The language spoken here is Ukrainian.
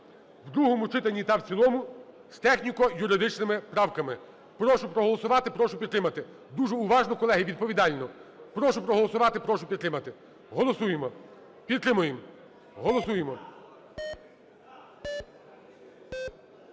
в другому читанні та в цілому з техніко-юридичними правками. Прошу проголосувати. Прошу підтримати. Дуже уважно, колеги, і відповідально. Прошу проголосувати. Прошу підтримати. Голосуємо. Підтримуємо. Голосуємо.